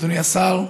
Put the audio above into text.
אדוני השר,